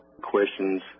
questions